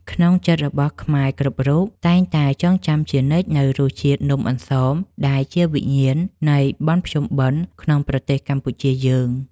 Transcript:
ក្នុងចិត្តរបស់ខ្មែរគ្រប់រូបតែងតែចងចាំជានិច្ចនូវរសជាតិនំអន្សមដែលជាវិញ្ញាណនៃបុណ្យភ្ជុំបិណ្ឌក្នុងប្រទេសកម្ពុជាយើង។